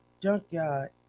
Junkyard